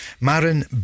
Marin